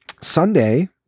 sunday